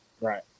Right